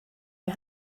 you